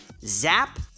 Zap